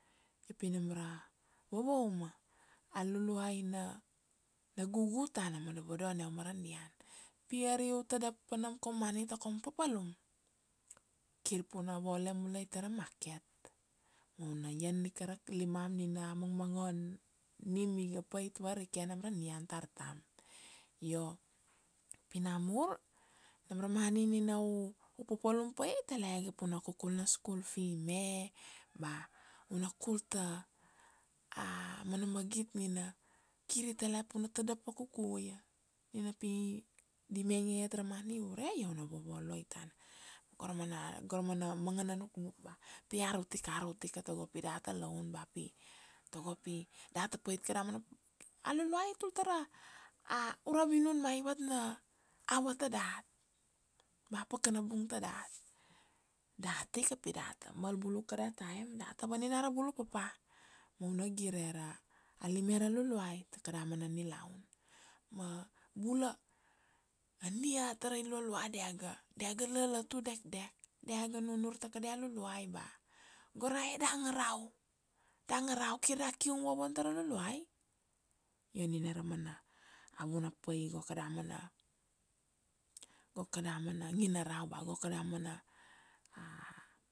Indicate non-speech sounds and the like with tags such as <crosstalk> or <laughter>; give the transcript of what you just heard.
Io pi nam ra vavauma a Luluai na gugu tana ma vodone u ma ra nian. Pi ari u tadap pa nam kaum money ta kaum papalum, kir pi u na vole mulai ta ra market, u na ian ika ra limam nina a mang mangon nin iga pait varike nam ra nian tar tam. Io pi na mur, nam ra money nina u papalum pa ia i telege pi u na kukul na school fee me ba u na kul ta a mana magit nina kir i tale pi u na tadap vakuku ia, nina pi di mainge iat ra money ure, io u na vovoloi tana. Go ra mana, go ra mana manga na nuknuk ba pi arut ika, arut ika tago pi data laun, ba pi, tago pi data pait kada mana, a Luluai i tul tar a ura vinun ma ivat na hour ta dat, ba pakana bung ta dat. Dat ika pi data mal bulu kada time, data vaninara bulu papa, ma u na gire ra lime ra Luluai ta kada mana nilaun. Ma bula ania a tarai lualua dia ga, dia ga lalotu dekdek, dia ga nunur ta kadia Luluai ba go rae da ngarau, da ngarau kir da kiung vovon ta ra Luluai. Io nina ra mana vuna pai go kada mana, go kada mana nginarau ba go kada mana. <hesitation>